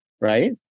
Right